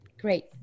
Great